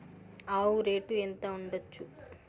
ఆవు రేటు ఎంత ఉండచ్చు?